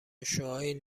شعاع